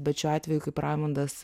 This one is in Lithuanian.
bet šiuo atveju kaip raimundas